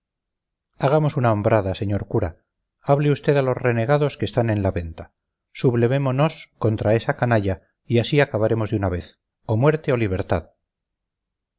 hagamos una hombrada señor cura hable usted a los renegados que están en la venta sublevémonos contra esa canalla y así acabaremos de una vez o muerte o libertad